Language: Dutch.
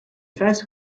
vijftig